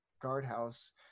guardhouse